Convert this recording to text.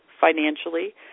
financially